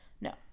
No